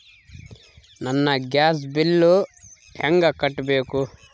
ನನ್ನ gas bill ಹೆಂಗ ಕಟ್ಟಬೇಕು?